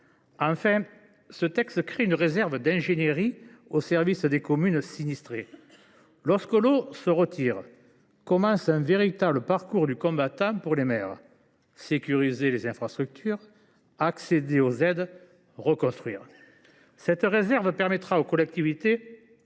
Enfin, ce texte crée une réserve d’ingénierie au service des communes sinistrées. Lorsque l’eau se retire commence un véritable parcours du combattant pour les maires : il faut sécuriser les infrastructures, accéder aux aides, reconstruire. Cette réserve permettra aux collectivités